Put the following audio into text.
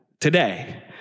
today